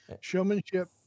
showmanship